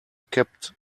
kept